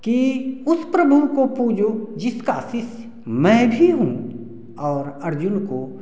कि उस प्रभु को पूजो जिसका शिष्य मैं भी हूँ और अर्जुन को